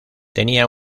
tenía